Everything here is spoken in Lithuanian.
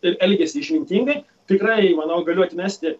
ir elgiasi išmintingai tikrai manau galiu atmesti